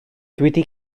wedi